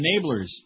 enablers